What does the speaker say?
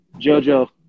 jojo